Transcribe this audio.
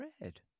red